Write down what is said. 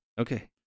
Okay